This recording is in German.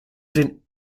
den